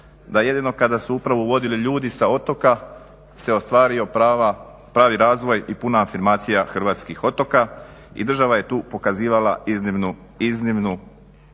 da jedino kada su upravu vodili ljudi sa otoka se ostvario pravi razvoj i puna afirmacija hrvatskih otoka i država je tu pokazivala iznimnu pažnju i